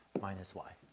minus y,